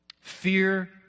Fear